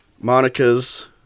Monica's